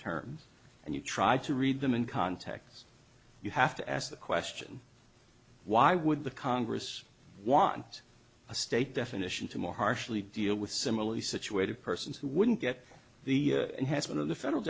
terms and you try to read them in context you have to ask the question why would the congress want a state definition to more harshly deal with similarly situated persons who wouldn't get the and has one of the federal